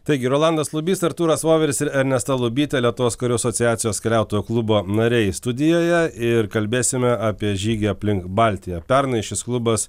taigi rolandas lubys artūras voveris ir ernesta lubytė lietuvos karių asociacijos keliautojų klubo nariai studijoje ir kalbėsime apie žygį aplink baltiją pernai šis klubas